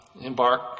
embark